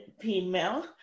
female